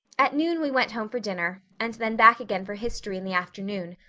at noon we went home for dinner and then back again for history in the afternoon.